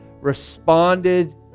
responded